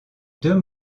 deux